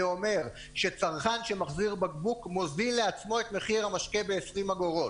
זה אומר שצרכן שמחזיר בקבוק מוזיל לעצמו את מחיר המשקה ב-20 אגורות.